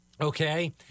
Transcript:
okay